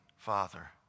father